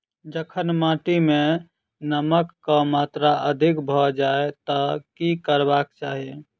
जखन माटि मे नमक कऽ मात्रा अधिक भऽ जाय तऽ की करबाक चाहि?